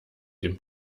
den